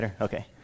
Okay